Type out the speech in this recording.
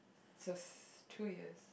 it's a two years